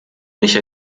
nicht